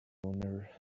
owner